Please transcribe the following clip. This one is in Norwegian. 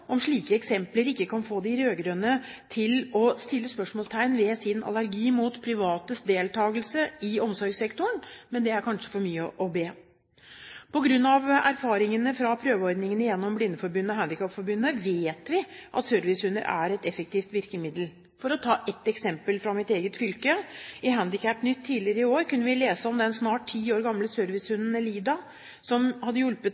om slike eksempler ikke kan få de rød-grønne til å sette spørsmålstegn ved sin allergi mot privates deltakelse i omsorgssektoren, men det er kanskje for mye å be om. På grunn av erfaringene fra prøveordningene gjennom Blindeforbundet og Norges Handikapforbund vet vi at servicehunder er et effektivt virkemiddel. For å ta et eksempel fra mitt eget fylke: I Handikapnytt tidligere i år kunne vi lese om den snart ti år gamle servicehunden Elida som hadde hjulpet